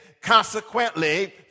consequently